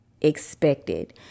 expected